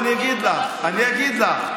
אני אגיד לך, אני אגיד לך.